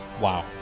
Wow